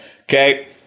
Okay